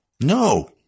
No